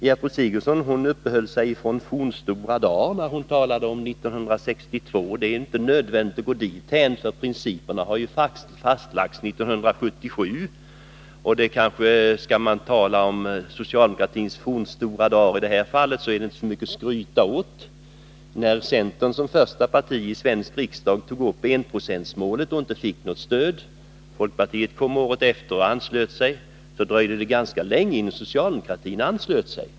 Gertrud Sigurdsen uppehöll sig vid ”fornstora” dagar och talade om 1962. Det är dock inte nödvändigt att gå tillbaka dit. Principerna fastlades ju 1977. Socialdemokratins fornstora dagar i detta fall är inte så mycket att skryta över. När centern såsom första parti i Sveriges riksdag tog upp enprocents 59 målet, fick vi inte något stöd. Folkpartiet anslöt sig året efter. Men det dröjde ganska länge innan socialdemokraterna anslöt sig.